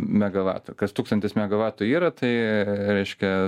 megavatų kas tūkstantis megavatų yra tai reiškia